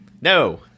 No